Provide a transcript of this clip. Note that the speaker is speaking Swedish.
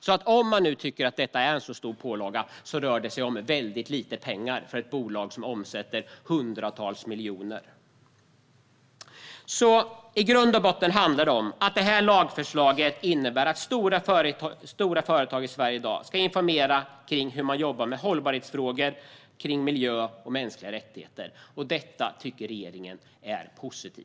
Man kanske tycker att detta är en stor pålaga, men det rör sig om mycket lite pengar för ett bolag som omsätter hundratals miljoner. Lagförslaget innebär i grund och botten att stora företag i Sverige ska informera om hur man jobbar med hållbarhetsfrågor, miljö och mänskliga rättigheter. Detta tycker regeringen är positivt.